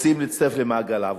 רוצים להצטרף למעגל העבודה.